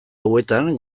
hauetan